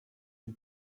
die